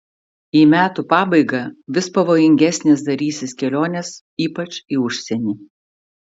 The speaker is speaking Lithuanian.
į metų pabaigą vis pavojingesnės darysis kelionės ypač į užsienį